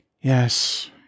Yes